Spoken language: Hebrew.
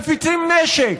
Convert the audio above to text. מפיצים נשק,